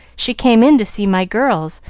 she came in to see my girls,